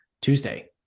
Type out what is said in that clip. Tuesday